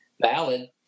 valid